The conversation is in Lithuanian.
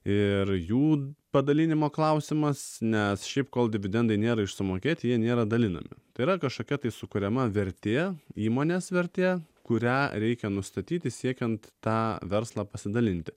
ir jų padalinimo klausimas nes šiaip kol dividendai nėra iš sumokėti jie nėra dalinami tai yra kažkokia tai sukuriama vertė įmonės vertė kurią reikia nustatyti siekiant tą verslą pasidalinti